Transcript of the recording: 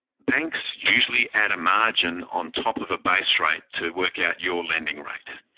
banks usually add a margin on top of a base rate to work out your lending rate.